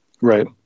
Right